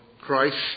Christ